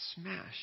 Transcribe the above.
smash